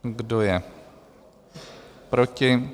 Kdo je proti?